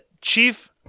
Chief